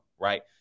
right